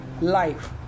life